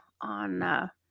on